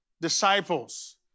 disciples